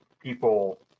people